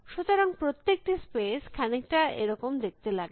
সুতরাং প্রত্যেকটি স্পেস খানিকটা এরকম দেখতে লাগে